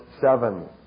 seven